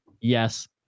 yes